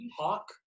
talk